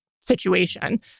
situation